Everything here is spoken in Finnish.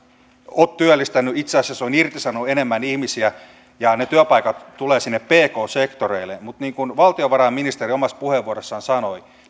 ole työllistänyt itse asiassa se on irtisanonut enemmän ihmisiä ja ne työpaikat tulevat sinne pk sektoreille niin kuin valtiovarainministeri omassa puheenvuorossaan sanoi